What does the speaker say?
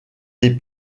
des